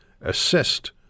assist